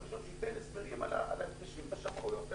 ראשון שייתן הסברים על ההפרשים בשמאויות האלה.